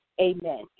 Amen